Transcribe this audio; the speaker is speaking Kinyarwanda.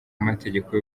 amategeko